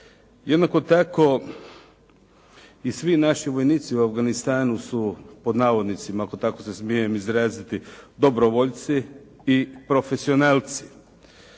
Jednako tako i svi naši vojnici u Afganistanu su pod navodnicima, ako se tako smijem izraziti "dobrovoljci" i profesionalci.